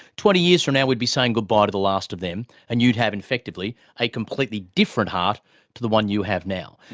twenty years from now we would be saying goodbye to the last of them, and you'd have effectively a completely different heart to the one you have now.